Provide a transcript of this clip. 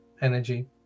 energy